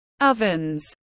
Ovens